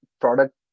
product